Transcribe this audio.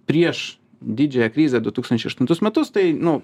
prieš didžiąją krizę du tūkstančiai aštuntus metus tai nu